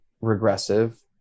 regressive